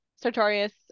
Sartorius